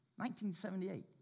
1978